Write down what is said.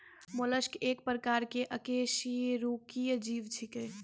mollusc एक प्रकार के अकेशेरुकीय जीव छेकै